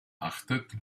achtet